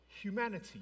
Humanity